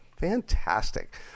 Fantastic